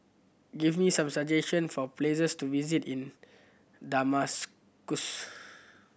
give me some suggestion for places to visit in Damascus